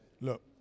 Look